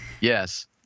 Yes